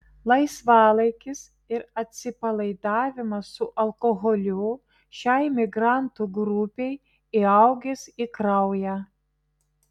laisvalaikis ir atsipalaidavimas su alkoholiu šiai migrantų grupei įaugęs į kraują